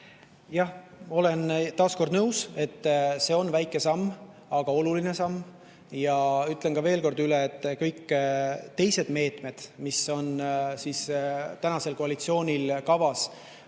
Jah, olen taas kord nõus, et see on väike samm. Aga see on oluline samm. Ütlen veel kord, et kõik teised meetmed, mis on tänasel koalitsioonil kavas